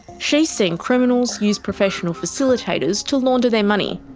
she's seen criminals use professional facilitators to launder their money.